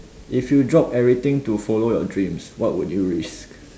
if you drop everything to follow your dreams what would you risk